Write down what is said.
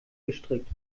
gestrickt